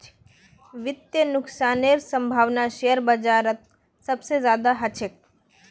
वित्तीय नुकसानेर सम्भावना शेयर बाजारत सबसे ज्यादा ह छेक